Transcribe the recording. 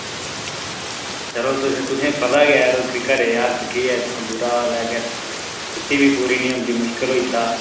यरो तुस तुसेंई पता गै ऐ कि घरै ई गरीबी हालत केह् ऐ इत्थै बुरा हाल ऐ अग्गै रुट्टी बी पूरी नि होंदी मुश्कल होई जंदा